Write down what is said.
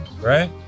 right